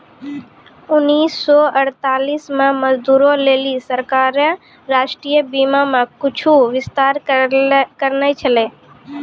उन्नीस सौ अड़तालीस मे मजदूरो लेली सरकारें राष्ट्रीय बीमा मे कुछु विस्तार करने छलै